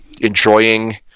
enjoying